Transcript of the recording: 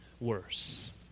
worse